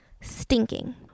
Stinking